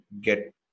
get